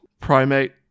primate